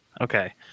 Okay